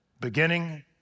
beginning